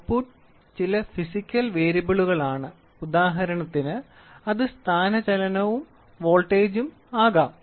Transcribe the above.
output ചില physical വേരിയബിളുകളാണ് ഉദാഹരണത്തിന് അത് സ്ഥാനചലനവും വോൾട്ടേജും ആകാം